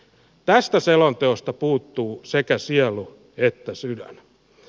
tästä selonteosta puuttuu sekä sielu että sydän